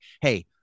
hey